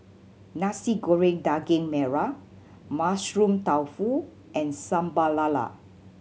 Nasi Goreng Daging Merah Mushroom Tofu and Sambal Lala